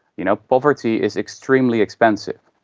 you know poverty is extremely expensive.